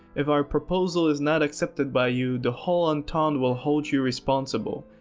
if our proposal is not accepted by you, the whole entente will hold you responsible.